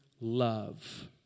love